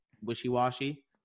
wishy-washy